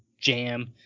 jam